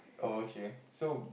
oh okay so